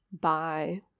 Bye